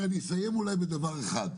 אסיים אולי בדבר אחד,